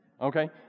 Okay